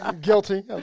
Guilty